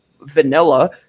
vanilla